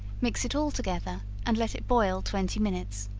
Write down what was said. mix it all together, and let it boil twenty minutes,